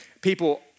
people